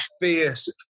fierce